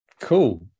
cool